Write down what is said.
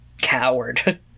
coward